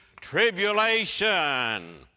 tribulation